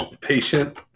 patient